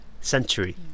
century